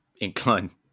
inclined